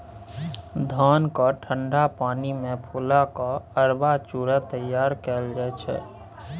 धान केँ ठंढा पानि मे फुला केँ अरबा चुड़ा तैयार कएल जाइ छै